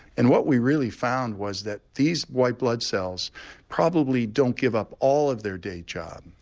and what we really found was that these white blood cells probably don't give up all of their day job,